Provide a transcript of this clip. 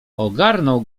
ogarnął